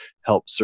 help